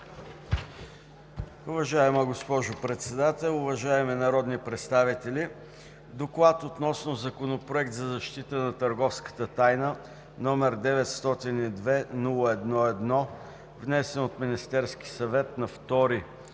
Уважаема госпожо Председател, уважаеми народни представители! „Доклад относно Законопроект за защита на търговската тайна, № 902-01-1, внесен от Министерския съвет на 2